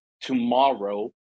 tomorrow